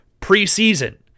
preseason